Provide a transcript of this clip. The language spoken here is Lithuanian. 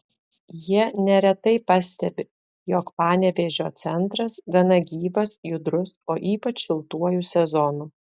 jie neretai pastebi jog panevėžio centras gana gyvas judrus o ypač šiltuoju sezonu